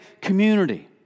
community